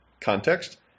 context